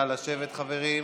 נא לשבת, חברים.